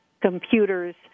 computer's